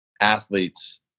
athletes